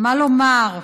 מה לומר?